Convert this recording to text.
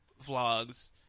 vlogs